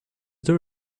there